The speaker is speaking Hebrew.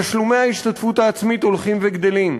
תשלומי ההשתתפות העצמית הולכים וגדלים,